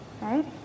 right